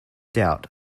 doubt